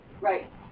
Right